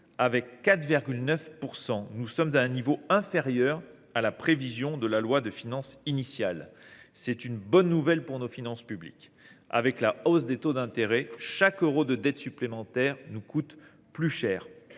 Avec 4,9 % du PIB, nous sommes à un niveau inférieur à la prévision de la loi de finances initiale. C’est une bonne nouvelle pour nos finances publiques. Avec la hausse des taux d’intérêt, chaque euro de dette supplémentaire nous coûte plus cher.